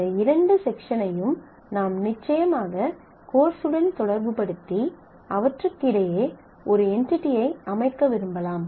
இந்த இரண்டு செக்ஷனையும் நாம் நிச்சயமாக கோர்ஸ் உடன் தொடர்புபடுத்தி அவற்றுக்கிடையே ஒரு என்டிடியை அமைக்க விரும்பலாம்